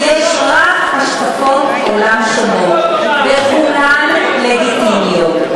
יש רק השקפות עולם שונות וכולן לגיטימיות.